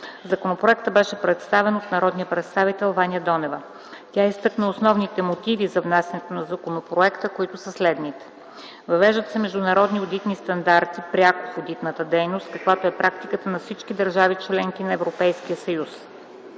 Законопроектът беше представен от народния представител Ваня Донева. Тя изтъкна основните мотиви за внасянето на законопроекта, които са следните: Въвеждат се международни одитни стандарти пряко в одитната дейност, каквато е практиката на всички държави-членки на Европейския съюз.